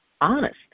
honest